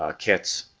ah kits